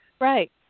right